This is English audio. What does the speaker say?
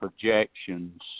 projections